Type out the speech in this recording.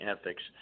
ethics